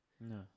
No